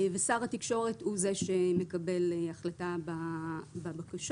שר התקשורת הוא זה שמקבל החלטה בבקשות.